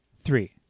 three